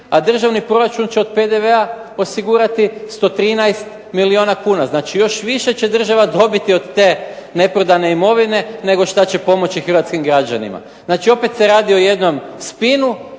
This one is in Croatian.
a državni proračun će od PDV-a osigurati 113 milijuna kuna. Znači, još više će država dobiti od te neprodane imovine nego šta će pomoći hrvatskim građanima. Znači, opet se radi o jednom spinu